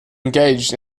engaged